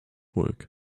work